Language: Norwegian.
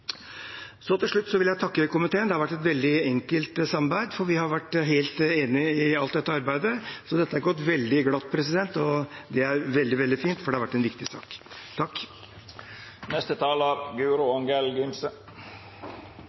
Til slutt vil jeg takke komiteen. Det har vært et veldig enkelt samarbeid, vi har vært helt enige i dette arbeidet, så dette har gått veldig glatt. Det er veldig, veldig fint, for det har vært en viktig sak.